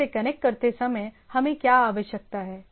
source से connect करते समय हमें क्या आवश्यकता है